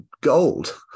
gold